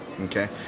Okay